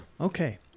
Okay